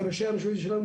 את ראשי הרשויות שלנו,